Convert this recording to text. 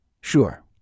Sure